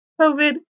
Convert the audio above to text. COVID